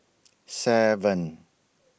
seven